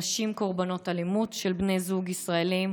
נשים קורבנות אלימות של בני זוג ישראלים,